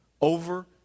over